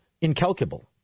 incalculable